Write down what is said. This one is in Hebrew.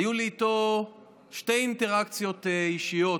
היו לי איתו שתי אינטראקציות אישיות,